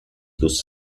dos